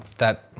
that,